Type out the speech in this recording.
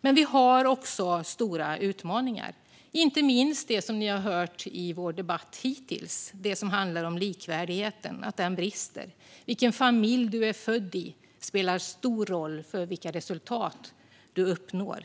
Men vi har också stora utmaningar, inte minst det som ni har hört i vår debatt hittills, nämligen det som handlar om den bristande likvärdigheten. Vilken familj du är född i spelar stor roll för vilka resultat du uppnår.